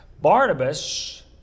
Barnabas